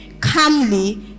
calmly